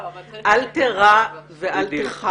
אל תרע ועל תחת.